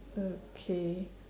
okay